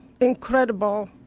incredible